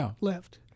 left